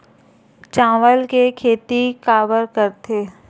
चावल के खेती काबर करथे?